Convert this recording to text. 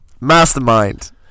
mastermind